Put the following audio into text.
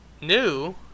New